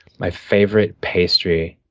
my favorite pastry.